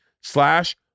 slash